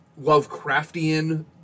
Lovecraftian